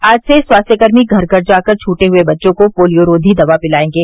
आज से स्वास्थ्यकर्मी घर घर जाकर छूटे हुए बच्चों को पोलियोराधी दवा पिलायेंगे